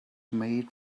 made